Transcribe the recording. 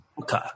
Okay